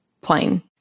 plain